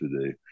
today